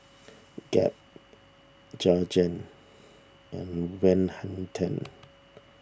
Gap Jergens and Van Houten